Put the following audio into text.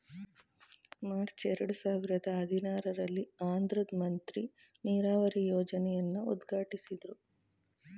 March ಎರಡು ಸಾವಿರದ ಹದಿನಾರಲ್ಲಿ ಆಂಧ್ರದ್ ಮಂತ್ರಿ ನೀರಾವರಿ ಯೋಜ್ನೆನ ಉದ್ಘಾಟ್ಟಿಸಿದ್ರು